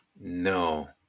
no